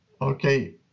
Okay